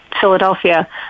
Philadelphia